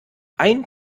ein